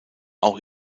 auch